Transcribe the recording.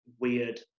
weird